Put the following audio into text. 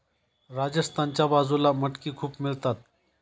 राजस्थानच्या बाजूला मटकी खूप मिळतात